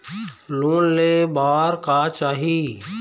Loan ले बार का चाही?